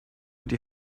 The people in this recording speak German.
die